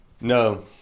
no